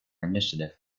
initiative